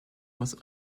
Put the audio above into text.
was